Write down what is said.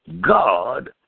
God